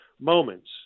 moments